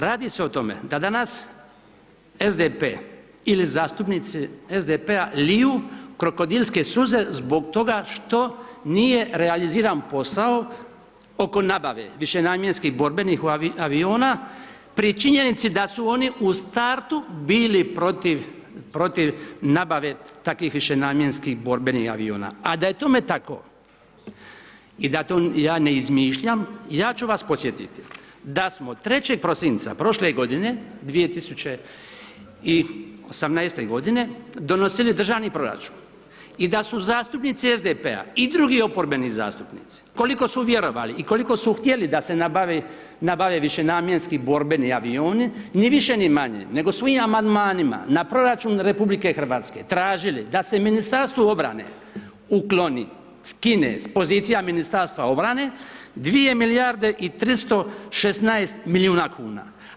Radi se o tome da danas SDP ili zastupnici SDP-a liju krokodilske suze zbog toga što nije realiziran posao oko nabave višenamjenskih borbenih aviona pri činjenici da su oni u startu bili protiv nabave takvih višenamjenskih borbenih aviona a da je tome tako i da to ja ne izmišljam, ja ću vas podsjetiti da smo 3. prosinca prošle godine, 2018. g., donosili državni proračun i da su zastupnici SDP-a i drugi oporbeni zastupnici koliko su vjerovali i koliko su htjeli da se nabave višenamjenski borbeni avioni, ni više ni manje nego svojim amandmanima na proračun RH tražili da se Ministarstvo obrane ukloni, skine s pozicija Ministarstva obrane 2 milijarde i 316 milijuna kn.